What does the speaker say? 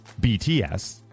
BTS